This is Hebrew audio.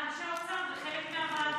אנשי האוצר, זה חלק מהוועדות.